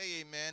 amen